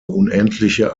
unendliche